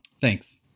Thanks